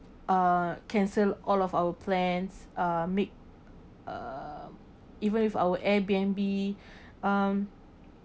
uh cancel all of our plans uh make uh even with our airbnb um